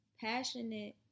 passionate